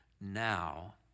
now